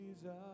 Jesus